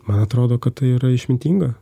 man atrodo kad tai yra išmintinga